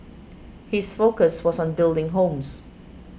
his focus was on building homes